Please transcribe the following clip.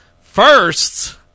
First